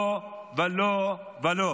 לא ולא ולא.